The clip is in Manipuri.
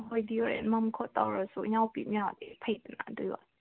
ꯑꯩꯈꯣꯏꯗꯤ ꯍꯣꯔꯦꯟ ꯃꯝ ꯈꯣꯠ ꯇꯧꯔꯁꯨ ꯏꯅꯥꯎꯄꯤ ꯑꯃ ꯌꯥꯎꯔꯗꯤ ꯐꯩꯗꯅ ꯑꯗꯨꯏ ꯋꯥꯅꯦ